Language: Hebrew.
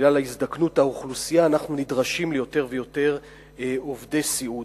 בגלל הזדקנות האוכלוסייה אנחנו נדרשים ליותר ויותר עובדי סיעוד.